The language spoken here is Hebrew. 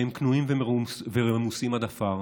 והם כנועים ורמוסים עד עפר